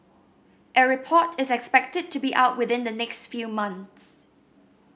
a report is expected to be out within the next few months